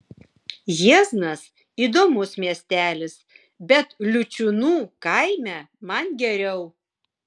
jieznas įdomus miestelis bet liučiūnų kaime man geriau